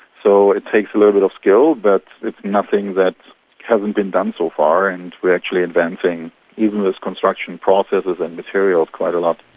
so it takes a little bit of skill but it's nothing that hasn't been done so far and we are actually inventing even these construction processes and materials quite a lot.